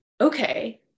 okay